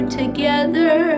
together